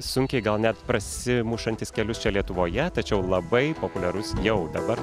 sunkiai gal net prasimušantis kelius čia lietuvoje tačiau labai populiarus jau dabar